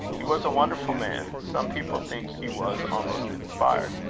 he was a wonderful man. some people think he was almost inspired.